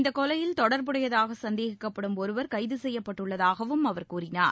இந்த கொலையில் தொடா்புடையதாக சந்தேகிக்கப்படும் ஒருவா் கைது செய்யப்பட்டுள்ளதாகவும் அவர் கூறினார்